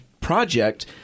project